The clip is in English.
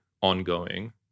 ongoing